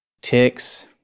Ticks